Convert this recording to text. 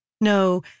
No